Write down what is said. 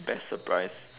best surprise